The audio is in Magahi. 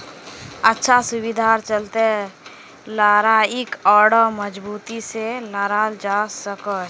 अच्छा सुविधार चलते लड़ाईक आढ़ौ मजबूती से लड़ाल जवा सखछिले